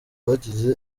bagize